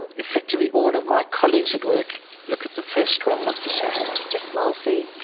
and effectively, all of my colleagues at work look at the first one, not the second one the small c.